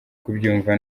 kubyumva